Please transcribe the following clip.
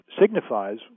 signifies